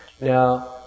Now